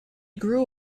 grew